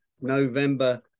November